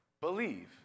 believe